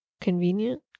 Convenient